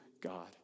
God